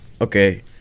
Okay